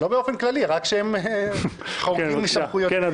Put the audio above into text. לא באופן כללי, רק כשהם חורגים מסמכויותיהם.